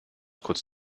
kurz